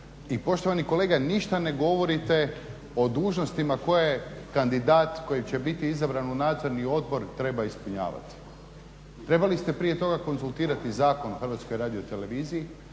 I poštovani kolega ništa ne govorite o dužnostima koje je kandidat koji će biti izabrani u nadzorni odbor treba ispunjavat. Trebali ste prije toga konzultirati Zakon o HRT-u, vidjeti